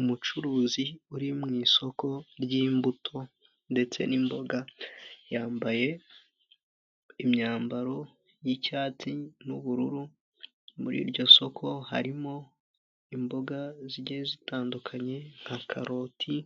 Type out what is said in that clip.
Umucuruzi uri mu isoko ry'imbuto ndetse n'imboga, yambaye imyambaro y'icyatsi n'ubururu, muri iryo soko harimo imboga zigiye zitandukanye, nka karoti